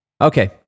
Okay